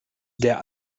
der